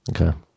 okay